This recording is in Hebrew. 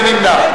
מי נמנע?